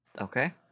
Okay